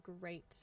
great